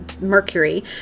mercury